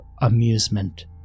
amusement